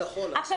עכשיו,